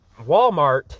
Walmart